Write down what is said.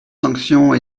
sanctions